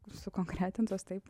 sukonkretintos taip